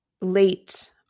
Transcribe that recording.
late